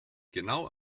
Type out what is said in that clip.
genau